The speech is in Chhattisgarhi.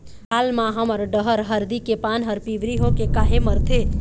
हाल मा हमर डहर हरदी के पान हर पिवरी होके काहे मरथे?